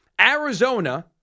Arizona